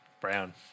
Brown